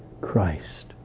Christ